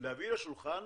להביא לשולחן